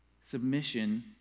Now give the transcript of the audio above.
Submission